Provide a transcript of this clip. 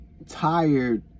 tired